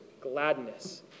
gladness